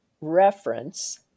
reference